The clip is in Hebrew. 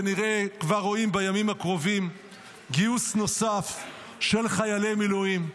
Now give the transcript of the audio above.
וכבר רואים בימים הקרובים גיוס נוסף של חיילי מילואים,